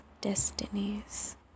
Destinies